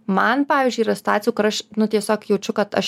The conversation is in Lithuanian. man pavyzdžiui yra situacijų kur aš nu tiesiog jaučiu kad aš